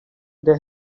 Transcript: they